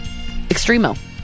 Extremo